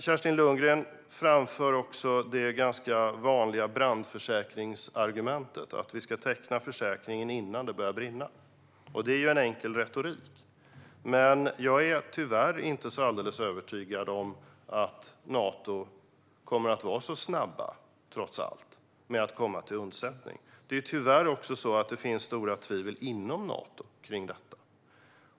Kerstin Lundgren framför också det ganska vanliga brandförsäkringsargumentet - att vi ska teckna försäkringen innan det börjar brinna. Det är ju en enkel retorik, men jag är tyvärr inte alldeles övertygad om att Nato kommer att vara så snabbt - trots allt - med att komma till undsättning. Det är tyvärr också så att det finns stora tvivel inom Nato vad gäller detta.